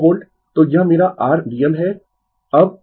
तो यह मेरा r Vm है अब